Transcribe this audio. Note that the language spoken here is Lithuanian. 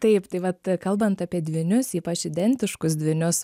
taip tai vat kalbant apie dvynius ypač identiškus dvynius